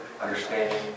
understanding